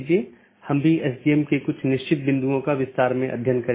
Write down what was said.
अब हम TCP IP model पर अन्य परतों को देखेंगे